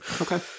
Okay